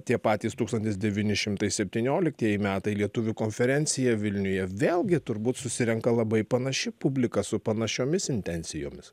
tie patys tūkstantis devyni šimtai septynioliktieji metai lietuvių konferencija vilniuje vėlgi turbūt susirenka labai panaši publika su panašiomis intencijomis